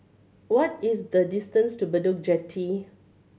what is the distance to Bedok Jetty